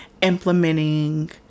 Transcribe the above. implementing